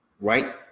right